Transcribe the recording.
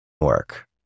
work